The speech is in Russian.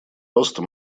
роста